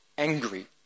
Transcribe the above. angry